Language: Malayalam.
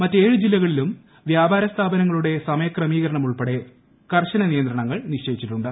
മറ്റ് ഏഴ് ജില്ലകളിലും വ്യാപാര സ്ഥാപനങ്ങളുടെ സമയക്രമീകരണം ഉൾപ്പെടെ കർശന നിയന്ത്രണങ്ങൾ നിശ്ചയിച്ചിട്ടുണ്ട്